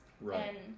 Right